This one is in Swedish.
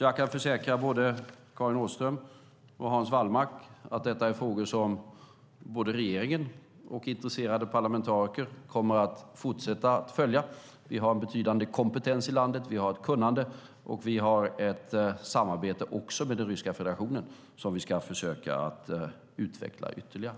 Jag kan försäkra både Karin Åström och Hans Wallmark att detta är frågor som både regeringen och intresserade parlamentariker kommer att fortsätta att följa. Vi har en betydande kompetens i landet, ett kunnande och ett samarbete med Ryska federationen som vi ska försöka utveckla ytterligare.